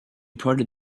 prodded